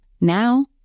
now